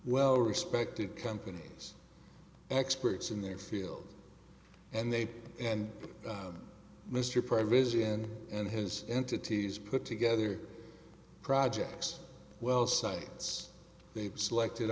well respected companies experts in their field and they and mr president and his entities put together projects well sites they've selected